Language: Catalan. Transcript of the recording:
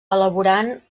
elaborant